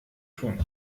tun